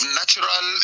natural